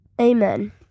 Amen